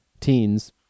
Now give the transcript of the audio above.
teens